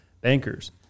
bankers